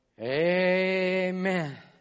Amen